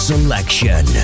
Selection